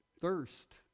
thirst